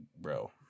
bro